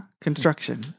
Construction